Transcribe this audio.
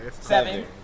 Seven